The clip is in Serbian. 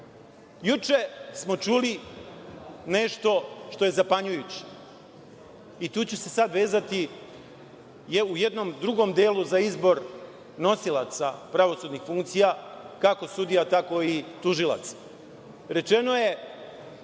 smo čuli nešto što je zapanjujuće, i tu ću se sad vezati u jednom drugom delu za izbor nosilaca pravosudnih funkcija, kako sudija, tako i tužilaca.